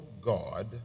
God